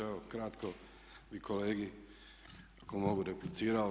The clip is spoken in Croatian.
Evo kratko bih kolegi ako mogu replicirao.